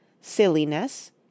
silliness